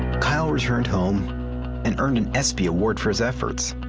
kyle returned home and earned an espy award for his efforts.